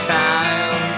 time